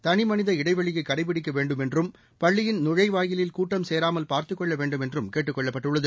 தனிமனித இடைவெளியை கடைபிடிக்க வேண்டும் என்றும் பள்ளியின் நுழைவாயிலில் கூட்டம் சேராமல் பார்த்துக் கொள்ள வேண்டும் என்றும் கேட்டுக் கொள்ளப்பட்டுள்ளது